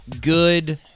good